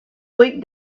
week